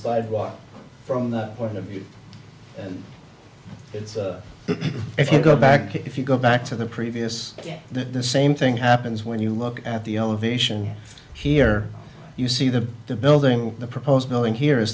sidewalk from that point of view and it's if you go back if you go back to the previous game that the same thing happens when you look at the elevation here you see that the building the proposed building here is